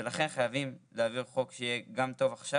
ולכן חייבים להעביר חוק שיהיה גם טוב עכשיו,